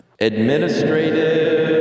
Administrative